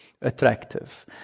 attractive